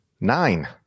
Nine